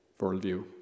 worldview